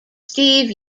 steve